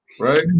Right